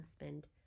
husband